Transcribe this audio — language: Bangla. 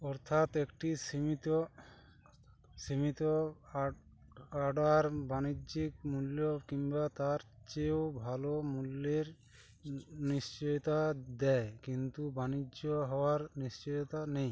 অর্থাৎ একটি সীমিত সীমিত আদ অর্ডার বাণিজ্যিক মূল্য কিংবা তার চেয়েও ভালো মূল্যের নিশ্চয়তা দেয় কিন্তু বাণিজ্য হওয়ার নিশ্চয়তা নেই